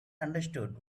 understood